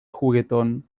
juguetón